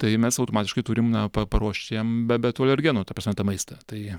tai mes automatiškai turim na pa paruošt jam be tų alergenų ta prasme tą maistą tai